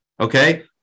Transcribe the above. Okay